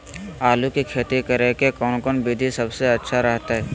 आलू की खेती करें के कौन कौन विधि सबसे अच्छा रहतय?